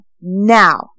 now